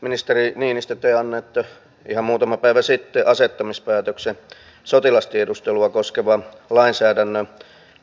ministeri niinistö te annoitte ihan muutama päivä sitten asettamispäätöksen sotilastiedustelua koskevan lainsäädännön